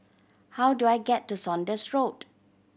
how do I get to Saunders Road